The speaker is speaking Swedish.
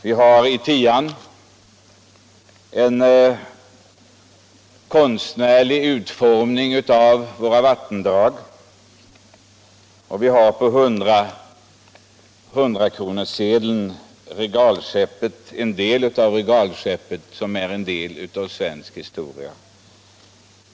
På tian har vi en konstnärlig utformning av våra vattendrag och på hundrakronorssedeln har vi en del av regalskeppet, som är en del av svensk historia.